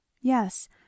Yes